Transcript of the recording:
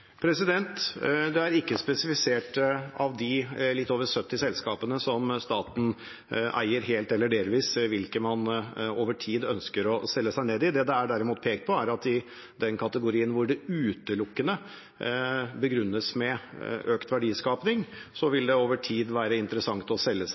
Det er ikke spesifisert – av de litt over 70 selskapene som staten eier helt eller delvis – hvilke man over tid ønsker å selge seg ned i. Det det derimot er pekt på, er at det i den kategorien hvor det utelukkende begrunnes med økt verdiskaping, over tid vil være interessant å selge seg